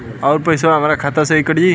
अउर पइसवा हमरा खतवे से ही कट जाई?